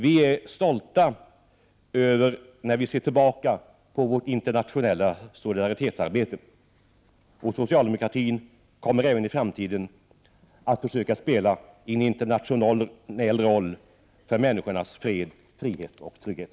Vi är stolta när vi ser tillbaka på vårt internationella solidaritetsarbete, och socialdemokratin kommer även i framtiden att fortsätta att spela en internationell roll för människornas fred, frihet och trygghet.